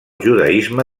judaisme